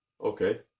Okay